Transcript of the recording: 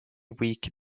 weak